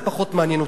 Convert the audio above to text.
זה פחות מעניין אותי.